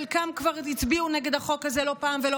חלקם כבר הצביעו נגד החוק הזה לא פעם ולא